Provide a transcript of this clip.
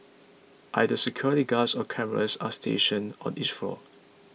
either security guards or cameras are stationed on each floor